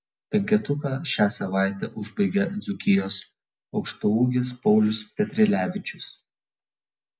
penketuką šią savaitę užbaigia dzūkijos aukštaūgis paulius petrilevičius